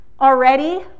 already